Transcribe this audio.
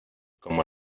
como